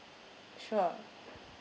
sure